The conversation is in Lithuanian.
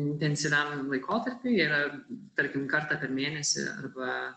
intensyviam laikotarpiui jie yra tarkim kartą per mėnesį arba